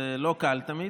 זה לא קל תמיד,